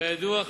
כידוע,